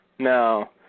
No